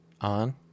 On